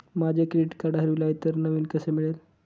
माझे credit card हरवले आहे तर नवीन कसे मिळेल?